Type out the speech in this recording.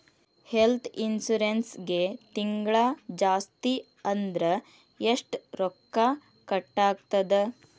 ಹೆಲ್ತ್ಇನ್ಸುರೆನ್ಸಿಗೆ ತಿಂಗ್ಳಾ ಜಾಸ್ತಿ ಅಂದ್ರ ಎಷ್ಟ್ ರೊಕ್ಕಾ ಕಟಾಗ್ತದ?